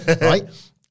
right